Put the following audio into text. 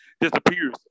disappears